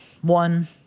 one